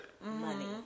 money